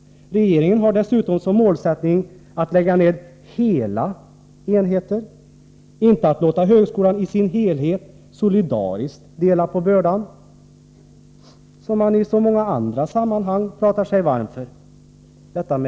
Regeringen har dessutom som målsättning att lägga ned hela enheter, inte att låta högskolan i sin helhet solidariskt dela på bördan — som man i så många andra sammanhang pratar sig varm för.